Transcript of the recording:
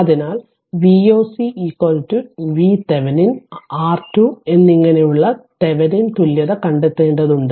അതിനാൽ Voc VThevenin R2 എന്നിങ്ങനെയുള്ള Thevenin തുല്യത കണ്ടെത്തേണ്ടതുണ്ട്